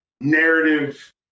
narrative